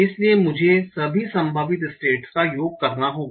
इसलिए मुझे सभी संभावित स्टेट्स का योग करना होगा